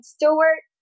Stewart